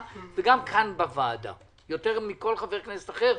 הפנים וגם כאן בוועדה יותר מכל חבר כנסת אחר.